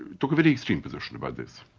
took a very extreme position about this.